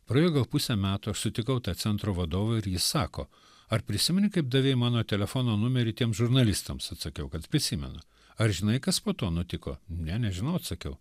praėjo gal pusė metų aš sutikau tą centro vadovą ir jis sako ar prisimeni kaip davei mano telefono numerį tiems žurnalistams atsakiau kad prisimenu ar žinai kas po to nutiko ne nežinau atsakiau